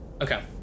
Okay